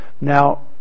Now